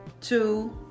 Two